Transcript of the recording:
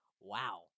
wow